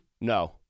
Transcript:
No